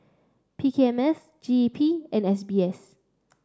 P K M S G E P and S B S